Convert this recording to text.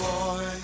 Boy